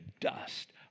dust